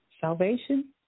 salvation